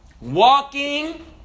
Walking